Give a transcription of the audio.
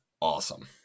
awesome